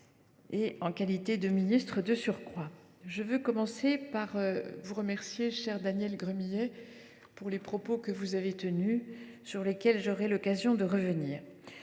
en qualité de ministre de surcroît. Je veux commencer par vous remercier, cher Daniel Gremillet, des propos que vous avez tenus, sur lesquels j’aurai l’occasion de revenir.